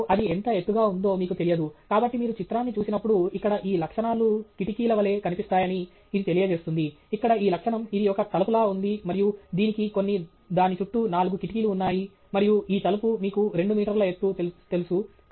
మరియు అది ఎంత ఎత్తుగా ఉందో మీకు తెలియదు కాబట్టి మీరు చిత్రాన్ని చూసినప్పుడు ఇక్కడ ఈ లక్షణాలు కిటికీల వలె కనిపిస్తాయని ఇది తెలియజేస్తుంది ఇక్కడ ఈ లక్షణం ఇది ఒక తలుపులా ఉంది మరియు దీనికి కొన్ని దాని చుట్టూ నాలుగు కిటికీలు ఉన్నాయి మరియు ఈ తలుపు మీకు 2 మీటర్ల ఎత్తు తెలుసు